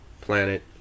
planet